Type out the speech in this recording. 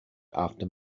after